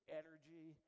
energy